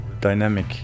dynamic